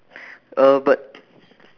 uh but